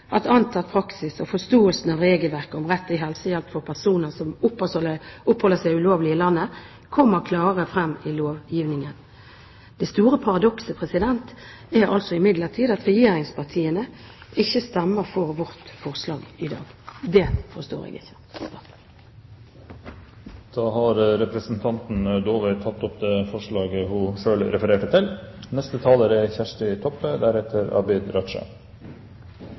at antatt praksis og forståelse av regelverket om rett til helsehjelp for personer som oppholder seg ulovlig i landet, kommer klarere frem i lovgivningen. Det store paradokset er imidlertid at regjeringspartiene ikke stemmer for vårt forslag i dag. Det forstår jeg ikke. Representanten Laila Dåvøy har tatt opp det forslaget hun refererte til.